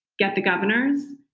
get the governors,